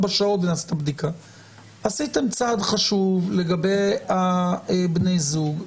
עשיתם צעד חשוב לגבי בני זוג,